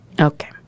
okay